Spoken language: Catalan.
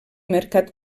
mercat